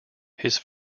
his